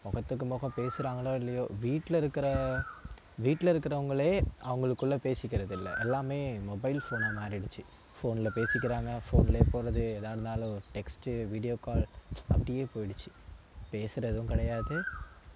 முகத்து முகம் பேசுகிறாங்களோ இல்லையோ வீட்டில் இருக்குகிற வீட்டில் இருக்குகிறவங்களே அவங்களுக்குள்ள பேசிக்கிறதில்ல எல்லாமே மொபைல் ஃபோனாக மாறிடுச்சு ஃபோனில் பேசிக்கிறாங்கள் ஃபோன்லே போகிறது எதாக இருந்தாலும் டெக்ஸ்ட்டு வீடியோ கால் அப்படியே போயிடுச்சு பேசுகிறதும் கிடையாது